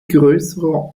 größer